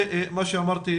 וכפי שאמרתי,